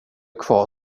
kvar